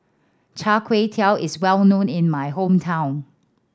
chai kway tow is well known in my hometown